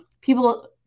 people